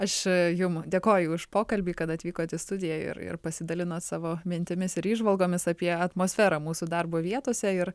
aš jum dėkoju už pokalbį kad atvykot į studiją ir ir pasidalinot savo mintimis ir įžvalgomis apie atmosferą mūsų darbo vietose ir